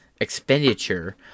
expenditure